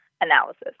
analysis